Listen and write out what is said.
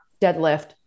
deadlift